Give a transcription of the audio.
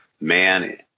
man